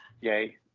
yay